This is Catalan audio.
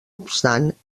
obstant